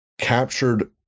captured